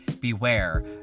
Beware